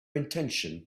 intention